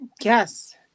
Yes